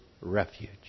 refuge